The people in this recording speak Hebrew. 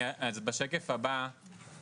בשקף הבא אני אציג